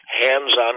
hands-on